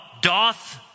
doth